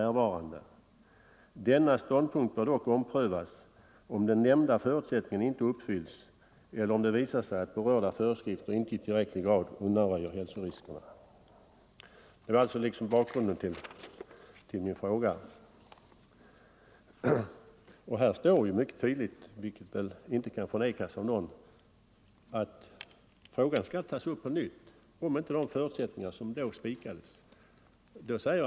Denna ståndpunkt bör dock omprövas, om den nämnda förutsättningen inte uppfylls eller om det visar sig att berörda föreskrifter inte i tillräcklig grad undanröjer hälsoriskerna.” Här står mycket tydligt att frågan skulle tas upp på nytt om inte de förutsättningar som då angavs uppfylldes.